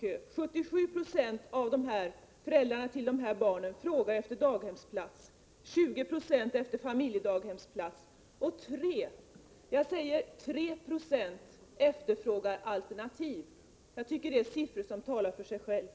I 77 90 av fallen efterfrågar föräldrarna till dessa barn daghemsplats, 20 26 familjedaghemsplats och 3 76 — säger 3 — efterfrågar alternativ barnomsorg. Jag tycker att detta är siffror som talar för sig själva.